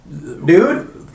dude